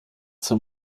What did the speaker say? zum